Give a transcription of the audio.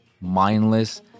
mindless